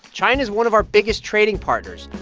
china is one of our biggest trading partners.